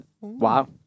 Wow